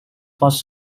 was